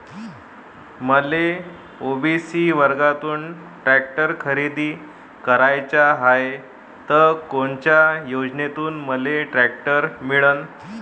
मले ओ.बी.सी वर्गातून टॅक्टर खरेदी कराचा हाये त कोनच्या योजनेतून मले टॅक्टर मिळन?